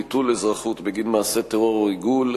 ביטול אזרחות בגין מעשה טרור או ריגול),